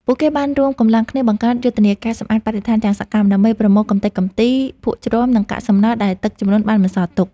ពួកគេបានរួមកម្លាំងគ្នាបង្កើតយុទ្ធនាការសម្អាតបរិស្ថានយ៉ាងសកម្ម ដើម្បីប្រមូលកម្ទេចកម្ទី ភក់ជ្រាំ និងកាកសំណល់ដែលទឹកជំនន់បានបន្សល់ទុក។